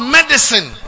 Medicine